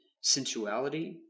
sensuality